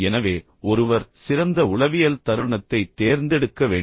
எனவே ஒருவர் சிறந்த உளவியல் தருணத்தைத் தேர்ந்தெடுக்க வேண்டும்